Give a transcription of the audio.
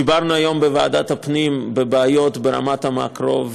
דיברנו היום בוועדת הפנים על בעיות ברמת המקרו,